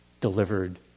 delivered